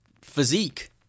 physique